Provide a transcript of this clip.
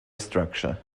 structure